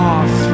Off